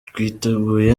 twiteguye